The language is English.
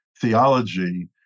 theology